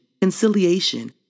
conciliation